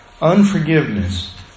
Unforgiveness